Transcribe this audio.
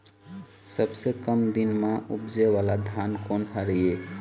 सबसे कम दिन म उपजे वाला धान कोन हर ये?